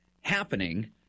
happening